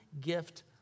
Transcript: gift